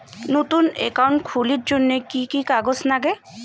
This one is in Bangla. নতুন একাউন্ট খুলির জন্যে কি কি কাগজ নাগে?